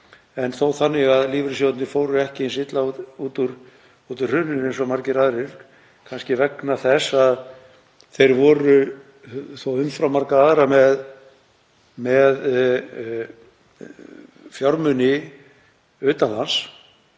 en þó þannig að lífeyrissjóðirnir fóru ekki eins illa út úr hruninu og margir aðrir, kannski vegna þess að þeir voru þó umfram marga aðra með fjármuni utan lands.